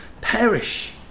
perish